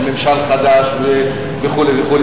של ממשל חדש וכו' וכו',